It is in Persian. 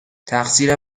تقصیر